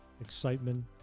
excitement